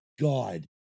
God